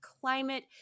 climate